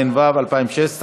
בעד, 31, נגד, 26,